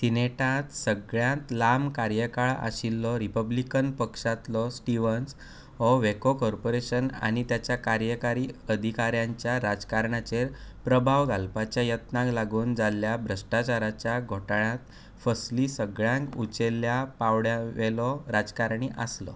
सिनेटांत सगळ्यांत लांब कार्यकाळ आशिल्लो रिपब्लीकन पक्षांतलो स्टीव्हन्स हो वेको कॉर्पोरेशन आनी ताच्या कार्यकारी अधिकाऱ्यांच्या राजकारणाचेर प्रभाव घालपाच्या यत्नांक लागून जाल्ल्या भ्रश्टाचाराच्या घोटाळ्यांत फसली सगळ्यांत उंचेल्या पांवड्यावेलो राजकारणी आसलो